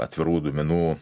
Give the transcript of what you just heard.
atvirų duomenų